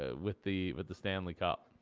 ah with the with the stanley cup,